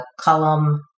column